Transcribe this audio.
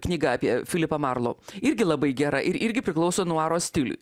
knyga apie filipą marlau irgi labai gera ir irgi priklauso nuaro stiliui